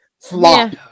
flop